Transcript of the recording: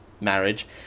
marriage